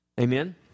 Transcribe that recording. Amen